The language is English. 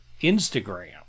Instagram